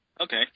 Okay